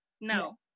no